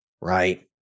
right